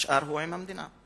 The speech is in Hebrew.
השאר הוא עם המדינה.